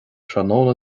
tráthnóna